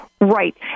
Right